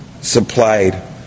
supplied